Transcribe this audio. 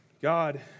God